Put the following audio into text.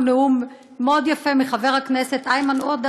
נאום מאוד יפה מחבר הכנסת איימן עודה,